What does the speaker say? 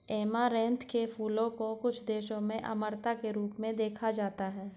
amaranth के फूलों को कुछ देशों में अमरता के रूप में देखा जाता है